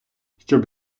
щоб